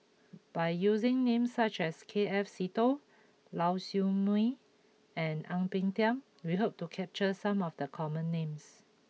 by using names such as K F Seetoh Lau Siew Mei and Ang Peng Tiam we hope to capture some of the common names